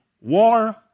war